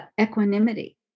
equanimity